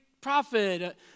prophet